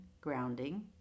grounding